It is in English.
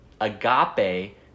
Agape